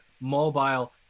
mobile